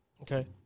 Okay